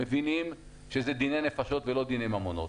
מבינים שזה דיני נפשות, ולא דיני ממונות.